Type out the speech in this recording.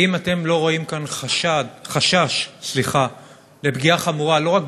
האם אתם לא רואים כאן חשש לפגיעה חמורה לא רק